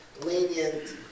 lenient